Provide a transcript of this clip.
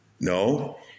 No